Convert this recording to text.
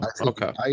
okay